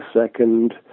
second